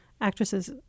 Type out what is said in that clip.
actresses